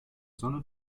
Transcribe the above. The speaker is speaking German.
sonne